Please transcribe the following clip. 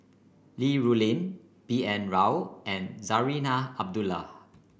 Li Rulin B N Rao and Zarinah Abdullah